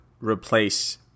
replace